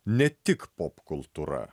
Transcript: ne tik popkultūra